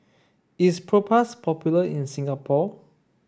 is Propass popular in Singapore